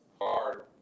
hard